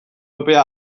epea